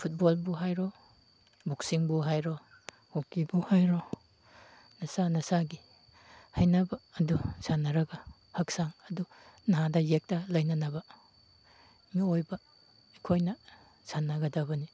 ꯐꯨꯠꯕꯣꯜꯕꯨ ꯍꯥꯏꯔꯣ ꯕꯣꯛꯁꯤꯡꯕꯨ ꯍꯥꯏꯔꯣ ꯍꯣꯛꯀꯤꯕꯨ ꯍꯥꯏꯔꯣ ꯅꯁꯥ ꯅꯁꯥꯒꯤ ꯍꯩꯅꯕ ꯑꯗꯨ ꯁꯥꯟꯅꯔꯒ ꯍꯛꯆꯥꯡ ꯑꯗꯨ ꯅꯥꯗ ꯌꯦꯛꯇ ꯂꯩꯅꯅꯕ ꯃꯤꯑꯣꯏꯕ ꯑꯩꯈꯣꯏꯅ ꯁꯥꯟꯅꯒꯗꯕꯅꯤ